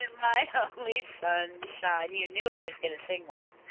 and my only sunshine. you knew i was gonna sing that!